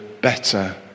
better